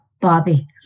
Bobby